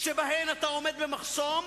שבהן אתה עומד במחסום,